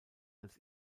als